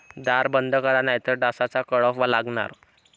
दार बंद करा नाहीतर डासांचा कळप लागणार